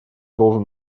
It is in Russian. должен